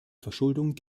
verschuldung